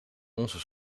onze